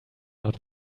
not